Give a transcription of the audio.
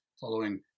following